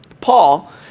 Paul